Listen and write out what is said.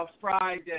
Friday